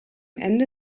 ende